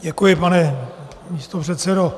Děkuji, pane místopředsedo.